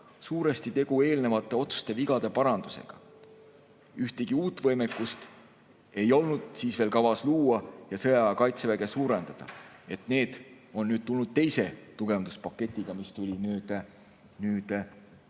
suuresti eelnevate otsuste vigade parandus. Ühtegi uut võimekust ei olnud siis veel kavas luua ja sõjaaja kaitseväge suurendada. Need on tulnud teise tugevduspaketiga, mis tuli märtsis